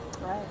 Right